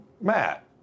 Matt